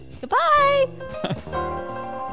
Goodbye